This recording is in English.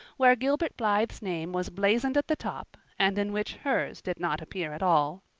where gilbert blythe's name was blazoned at the top and in which hers did not appear at all.